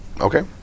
Okay